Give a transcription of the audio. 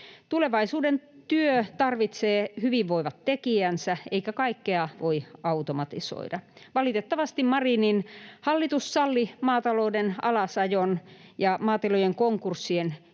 Tulevaisuuden työ tarvitsee hyvinvoivat tekijänsä, eikä kaikkea voi automatisoida. Valitettavasti Marinin hallitus salli maatalouden alasajon ja maatilojen konkurssien